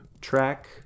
track